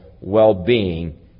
well-being